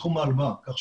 כך,